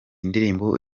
ndirimbo